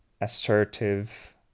assertive